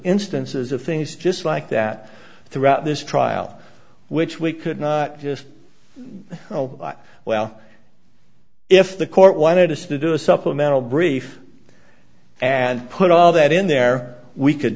instances of things just like that throughout this trial which we could not just oh well if the court wanted us to do a supplemental brief and put all that in there we could